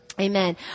Amen